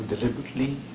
Deliberately